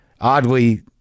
oddly